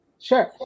Sure